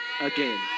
again